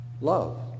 love